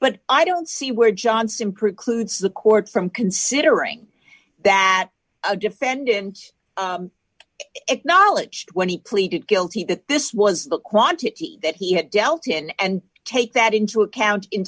but i don't see where johnson precludes the court from considering that a defendant acknowledged when he pleaded guilty that this was the quantity that he had dealt in and take that into account in